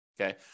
okay